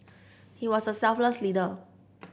he was a selfless leader